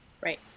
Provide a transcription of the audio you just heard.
Right